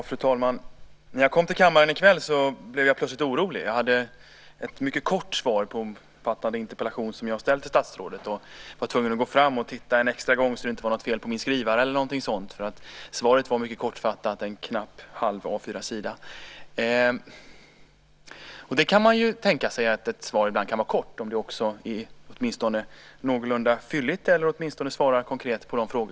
Fru talman! När jag i kväll kom hit till kammaren blev jag plötsligt orolig. I min väska hade jag med mig ett mycket kort svar på den ganska omfattande interpellation som jag ställt till statsrådet. Jag var tvungen att gå fram till podiet och titta en extra gång; det kunde ju vara fel på min skrivare eller något sådant. Svaret var mycket kortfattat, knappt en halv A 4-sida. Man kan tänka sig att ett svar ibland är kort om det åtminstone är någorlunda fylligt eller om de frågor som ställts konkret blir besvarade.